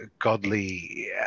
Godly